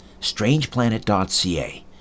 strangeplanet.ca